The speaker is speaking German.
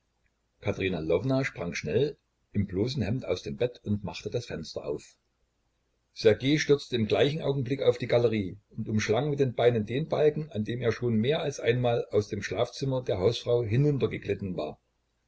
katerina lwowna sprang schnell im bloßen hemd aus dem bett und machte das fenster auf ssergej stürzte im gleichen augenblick auf die galerie und umschlang mit den beinen den balken an dem er schon mehr als einmal aus dem schlafzimmer der hausfrau hinuntergeglitten war